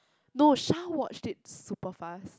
no Shah watched it super fast